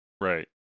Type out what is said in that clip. right